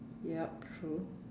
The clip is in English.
yup true